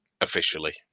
officially